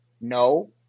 No